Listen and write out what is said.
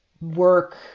work